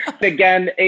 Again